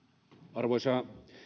arvoisa